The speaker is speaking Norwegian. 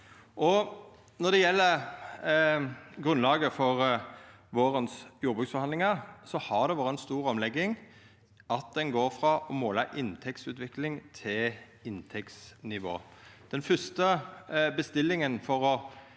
Når det gjeld grunnlaget for vårens jordbruksforhandlingar, har det vore ei stor omlegging at ein går frå å måla inntektsutvikling til å måla inntektsnivå. Den fyrste bestillinga for å